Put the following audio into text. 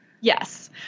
Yes